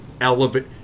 elevate